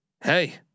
Hey